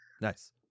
nice